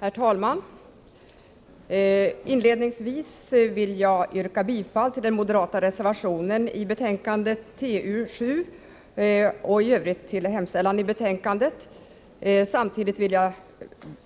Herr talman! Inledningsvis vill jag yrka bifall till den moderata reservationen i trafikutskottets betänkande 7 och i övrigt till hemställan i betänkandet. Samtidigt vill jag